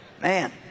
man